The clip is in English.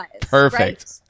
perfect